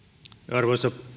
arvoisa